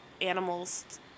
animals